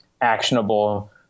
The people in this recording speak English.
actionable